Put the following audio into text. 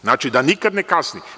Znači, da nikada ne kasni.